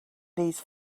these